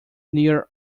near